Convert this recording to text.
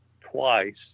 twice